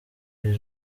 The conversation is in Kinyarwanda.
iri